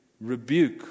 rebuke